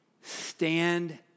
stand